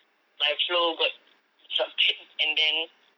my flow got disrupted and then